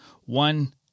one